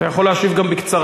אתה יכול להשיב גם בקצרה.